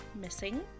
missing